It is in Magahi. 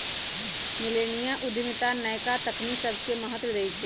मिलेनिया उद्यमिता नयका तकनी सभके महत्व देइ छइ